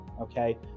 Okay